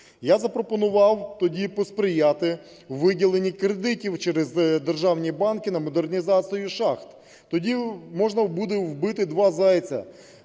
Я запропонував тоді посприяти у виділенні кредитів через державні банки на модернізацію шахт. Тоді можна буде вбити два зайця: